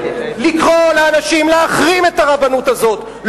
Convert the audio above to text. לקרוא לאנשים להחרים את הרבנות הזאת,